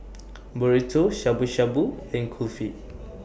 Burrito Shabu Shabu and Kulfi